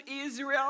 Israel